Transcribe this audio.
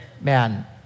man